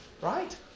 right